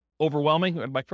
Overwhelming